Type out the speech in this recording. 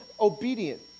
obedient